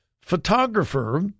photographer